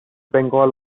bengal